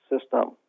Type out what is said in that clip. system